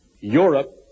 Europe